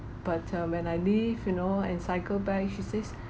but um when I leave you know and cycle back she says